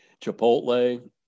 Chipotle